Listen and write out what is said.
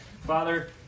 Father